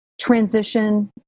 transition